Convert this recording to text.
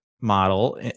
model